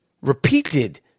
repeated